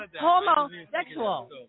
Homosexual